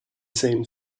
same